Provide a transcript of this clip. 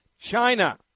China